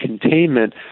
containment